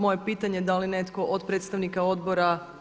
Moje pitanje da li netko od predstavnika odbora?